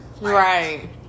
Right